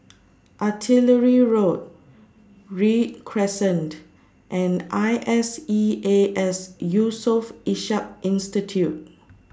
Artillery Road Read Crescent and I S E A S Yusof Ishak Institute